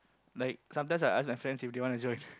like sometimes I ask my friends if they want to join